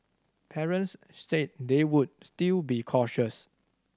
parents said they would still be cautious